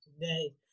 today